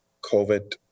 COVID